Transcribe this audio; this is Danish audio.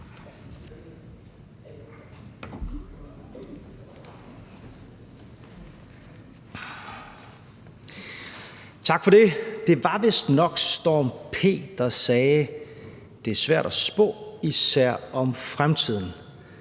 Tak for det. Det var vistnok Storm P., der sagde, at det er svært at spå, især om fremtiden.